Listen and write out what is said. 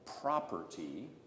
property